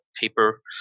paper